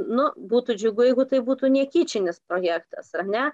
na būtų džiugu jeigu tai būtų ne kičinis projektas ar ne